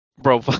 Bro